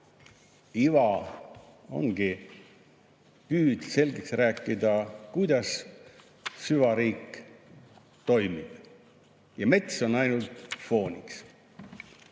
iva ongi püüd selgeks rääkida, kuidas süvariik toimib. Ja mets on ainult fooniks. Paari